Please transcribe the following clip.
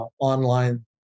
online